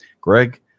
Greg